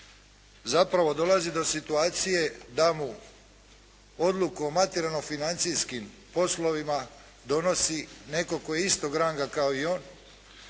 zapravo dolazi do situacije da mu odluku o materijalno financijskim poslovima donosi netko tko je istog ranga kao i on.